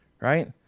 Right